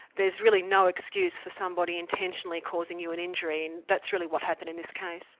there's really no excuse for somebody intentionally causing you an injury, and that's really what happened in this case.